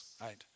right